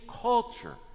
culture